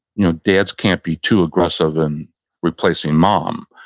you know dads can't be too aggressive in replacing mom.